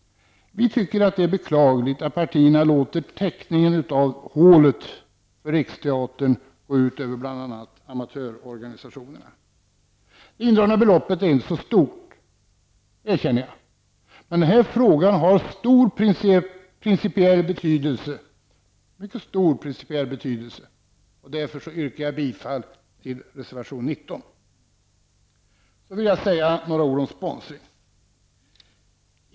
Vi tycker att det är beklagligt att partierna låter teckningen av hålet för Riksteatern gå ut över bl.a. amatörorganisationerna. Det indragna beloppet är inte särskilt stort, det erkänner jag. Men frågan har mycket stor principiell betydelse. Därför yrkar jag bifall till reservation nr 19. Fru talman! Jag vill ägen säga några ord om sponsring.